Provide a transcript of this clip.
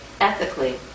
ethically